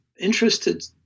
interested